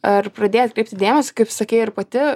ar pradėjai atkreipti dėmesį kaip sakei ir pati